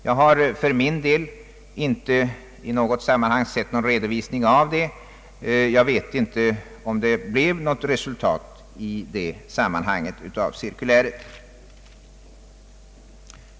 Jag har för min del inte sett någon redovisning, och jag vet inte om det blev något resultat av det cirkuläret.